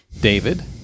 David